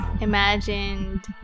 imagined